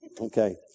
Okay